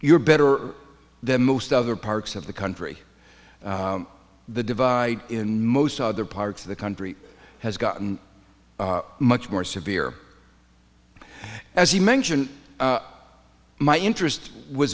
you're better than most other parts of the country the divide in most other parts of the country has gotten much more severe as you mention my interest was